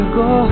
go